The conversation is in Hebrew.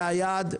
זה היעד.